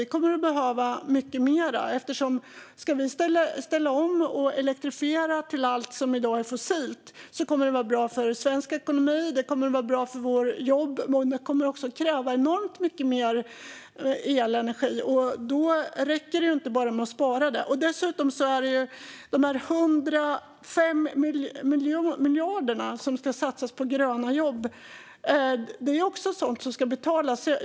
Vi kommer att behöva mycket mer. Om vi ska ställa om och elektrifiera allt som i dag är fossilt kommer det att vara bra för svensk ekonomi och för våra jobb. Men det kommer också att kräva enormt mycket mer elenergi, och då räcker det inte bara med att spara det. Dessutom är det de här 105 miljarderna som ska satsas på gröna jobb; det är också sådant som ska betalas.